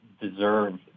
deserve